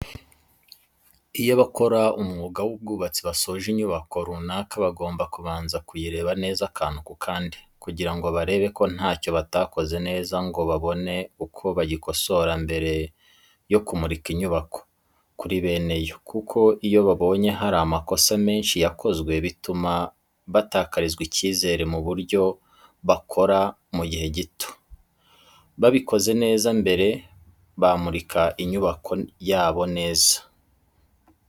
Iyo abakora umwuga w'ubwubatsi basoje inyubako runaka bagomba kubanza kuyireba neza akantu, ku kandi kugira ngo barebe ko ntacyo batakoze neza ngo babone uko bagikosora mbere yo kumurika inyubako kuri bene yo. Kuko iyo babonye hari amakosa menshi yakozwe bituma batakarizwa icyizere mu byo bakora mu gihe gito, babikoze neza mbere bamurika inyubako yabo neza.